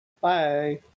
Bye